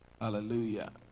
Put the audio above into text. Hallelujah